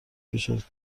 کشد